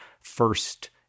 first